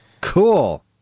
cool